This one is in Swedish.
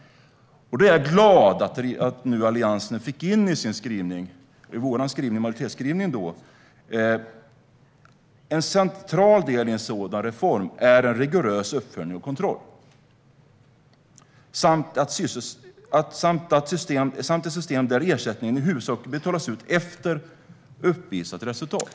Jag är alltså glad att vi fick in i majoritetens skrivning att "en central del i en sådan reform är en rigorös uppföljning och kontroll, samt ett system där ersättning i huvudsak betalas ut efter uppvisat resultat".